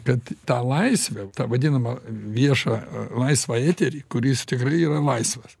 kad ta laisvė vadinama viešą laisvą eterį kuris tikrai yra laisvas